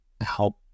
help